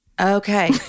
Okay